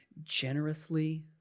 Generously